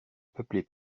peuplées